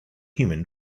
human